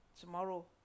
tomorrow